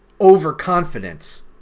overconfidence